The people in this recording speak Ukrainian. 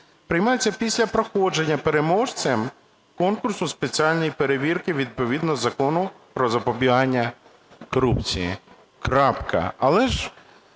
приймається після проходження переможцем конкурсу спеціальної перевірки відповідно Закону "Про запобігання корупції". Але ж